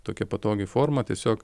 tokia patogi forma tiesiog